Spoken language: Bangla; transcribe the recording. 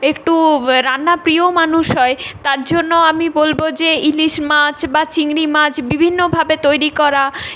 একটু রান্না প্রিয় মানুষ হয় তার জন্য আমি বলবো যে ইলিশ মাছ বা চিংড়ি মাছ বিভিন্নভাবে তৈরি করা